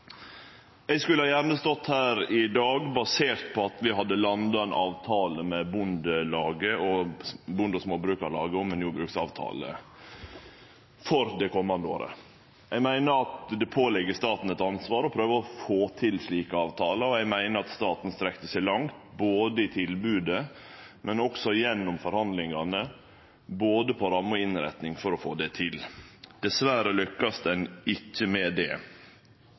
Eg skulle gjerne stått her i dag basert på at vi hadde landa ein jordbruksavtale med Bondelaget og Bonde- og Småbrukarlaget for det komande året. Eg meiner det ligg eit ansvar på staten å prøve å få til slike avtalar, og eg meiner at staten strekte seg langt i tilbodet, men òg gjennom forhandlingane, om både ramme og innretning for å få det til. Dessverre lukkast ein ikkje med det.